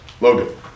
Logan